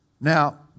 now